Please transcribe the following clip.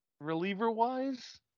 reliever-wise